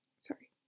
Sorry